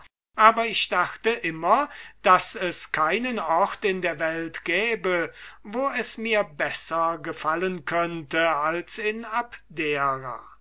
aber ich dachte immer daß es keinen ort in der welt gäbe wo es mir besser gefallen könnte als in abdera